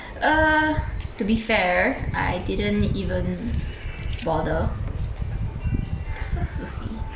err to be fair I didn't even bother